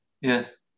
Yes